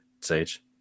Sage